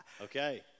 Okay